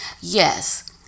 Yes